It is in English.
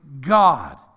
God